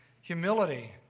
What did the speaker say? humility